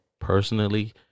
personally